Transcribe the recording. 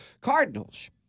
Cardinals